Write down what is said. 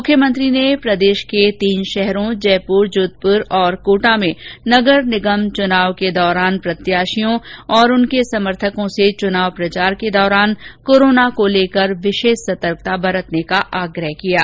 मुख्यमंत्री ने प्रदेश के तीन शहरों जयपुर जोधपुर और कोटा में नगर निगम चुनाव के दौरान प्रत्याशियों और उनके समर्थकों से चुनाव प्रचार के दौरान कोरोना को लेकर विशेष सतर्कता बरतने का आग्रह किया है